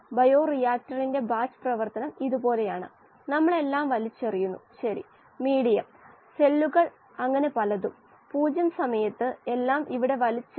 വാതകത്തിന്റെയും ദ്രാവകവശത്തെയും ഇന്റർഫെയിസ് ഗാഢതകൾ സമതുലിതാവസ്ഥയിലാണ് അതായത് 𝑦𝐴𝑖 ഉം xAi ഉം സമതുലിതാവസ്ഥയിലാണ്